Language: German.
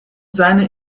seine